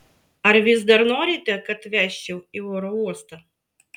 ar vis dar norite kad vežčiau į oro uostą